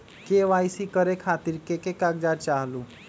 KYC करवे खातीर के के कागजात चाहलु?